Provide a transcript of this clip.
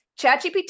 ChatGPT